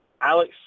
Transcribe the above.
Alex